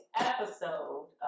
episode